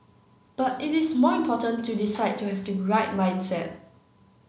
but it is more important to decide to have the right mindset